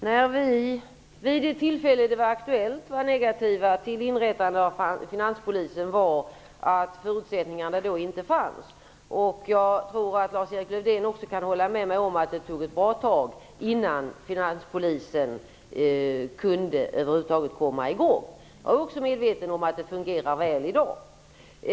Herr talman! Att vi vid det tillfälle när det var aktuellt var negativa till inrättandet av Finanspolisen berodde på att förutsättningarna härför då inte fanns. Jag tror att Lars-Erik Lövdén kan hålla med mig om att det dröjde ett bra tag innan Finanspolisen över huvud taget kunde komma i gång. Jag är också medveten om att den fungerar väl i dag.